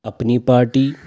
Apni party